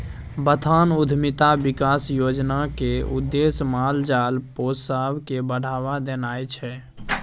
बथान उद्यमिता बिकास योजनाक उद्देश्य माल जाल पोसब केँ बढ़ाबा देनाइ छै